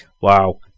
Wow